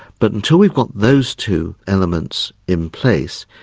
but until we've got those two elements in place,